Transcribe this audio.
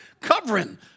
covering